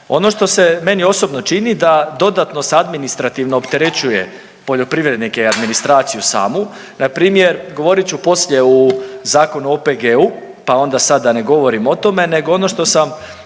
Ono što se meni osobno čini da dodatno se administrativno opterećuje poljoprivrednike i administraciju samu, npr. govorit ću poslije u Zakonu o OPG-u, pa onda sad da ne govorim o tome, nego ono što sam